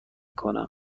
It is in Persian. کنم